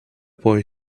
boy